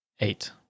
Eight